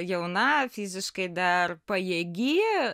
jauna fiziškai dar pajėgi